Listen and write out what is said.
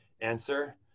answer